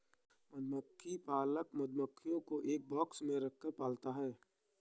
मधुमक्खी पालक मधुमक्खियों को एक बॉक्स में रखकर पालता है